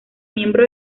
miembro